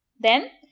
then,